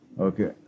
okay